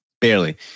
Barely